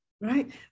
right